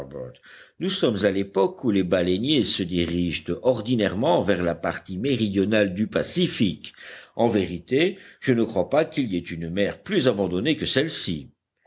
nous sommes à l'époque où les baleiniers se dirigent ordinairement vers la partie méridionale du pacifique en vérité je ne crois pas qu'il y ait une mer plus abandonnée que celle-ci